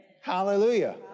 Hallelujah